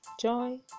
Joy